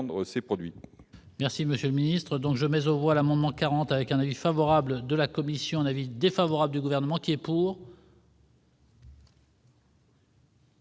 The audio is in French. les produits.